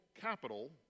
capital